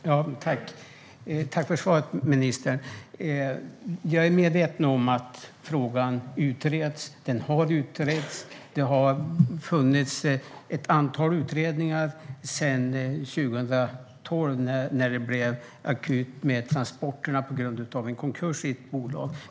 Fru talman! Tack för svaret, ministern! Jag är medveten om att frågan utreds och har utretts. Det har varit ett antal utredningar sedan 2012, då det blev akut med transporterna på grund av en konkurs i ett bolag.